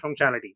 functionality